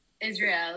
Israel